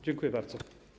Dziękuję bardzo.